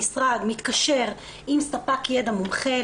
המשרד מתקשר עם ספק ידע מומחה,